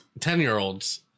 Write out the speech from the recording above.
Ten-year-olds